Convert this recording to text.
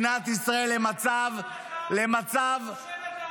אני רק מזכיר לך שבממשלת ההונאה והשנאה של בנט,